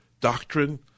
doctrine